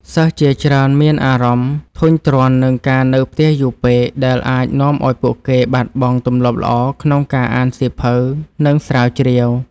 សិស្សជាច្រើនមានអារម្មណ៍ធុញទ្រាន់នឹងការនៅផ្ទះយូរពេក ដែលអាចនាំឱ្យពួកគេបាត់បង់ទម្លាប់ល្អក្នុងការអានសៀវភៅ និងស្រាវជ្រាវ។